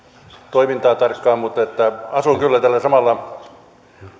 toimintaa tarkkaan mutta asun kyllä tällä samalla